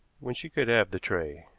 when she could have the tray.